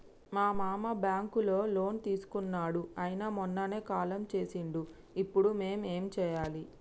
మా మామ బ్యాంక్ లో లోన్ తీసుకున్నడు అయిన మొన్ననే కాలం చేసిండు ఇప్పుడు మేం ఏం చేయాలి?